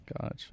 Gotcha